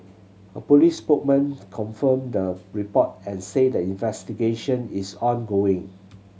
a police spokesman confirmed the report and said the investigation is ongoing